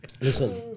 Listen